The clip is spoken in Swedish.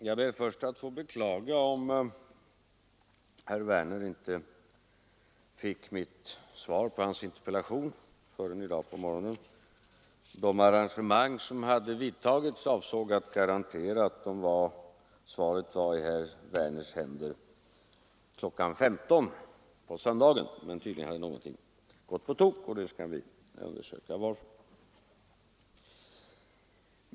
Herr talman! Jag ber först att få beklaga om herr Werner i Tyresö inte fick mitt svar på interpellationen förrän i dag på morgonen. De arrangemang som hade vidtagits avsåg att garantera att svaret var i herr Werners händer klockan 15.00 på söndagen. Men tydligen hade någonting gått på tok, och vi skall undersöka anledningen härtill.